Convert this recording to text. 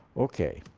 okay.